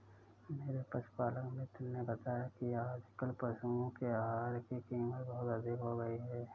मेरे पशुपालक मित्र ने बताया कि आजकल पशुओं के आहार की कीमत बहुत अधिक हो गई है